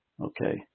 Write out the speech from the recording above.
okay